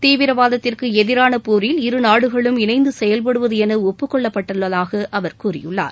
தீவிரவாதத்திற்கு எதிராள போரில் இருநாடுகளும் இணைந்து செயல்படுவது என ஒப்புக் கொள்ளப்பட்டதாக அவர் கூறியுள்ளார்